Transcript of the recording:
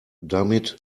damit